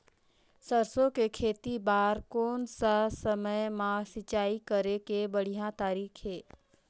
सरसो के खेती बार कोन सा समय मां सिंचाई करे के बढ़िया तारीक हे?